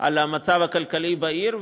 על המצב הכלכלי בעיר,